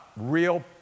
real